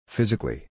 Physically